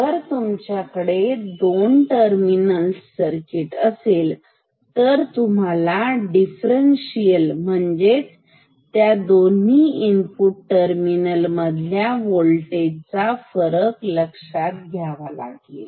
जर तुमच्याकडे दोन टर्मिनल्स सर्किट असेल तर तुम्हाला डिफरन्ससिएल म्हणजे त्या दोन्हीं इनपुट टर्मिनल मधल्या वोल्टेज चा फरक लक्षात घ्यावा लागेल